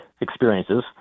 experiences